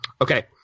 Okay